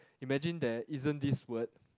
imagine there isn't this word